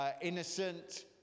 innocent